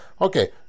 Okay